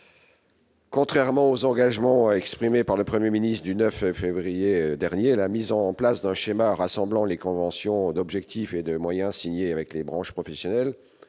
Contrairement aux engagements pris par le Premier ministre le 9 février dernier, la mise en place d'un schéma rassemblant les conventions d'objectifs et de moyens signées avec les branches professionnelles